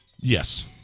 Yes